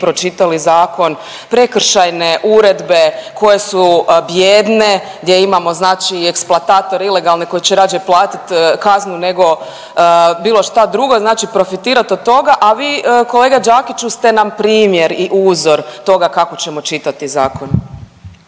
pročitali zakon, prekršajne uredbe koje su bijedne, gdje imamo znači i eksploatatore ilegalne koje će rađe platit kaznu nego bilo šta drugo, znači profitirat od toga, a vi kolega Đakiću ste nam primjer i uzor toga kako ćemo čitati zakon.